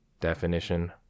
Definition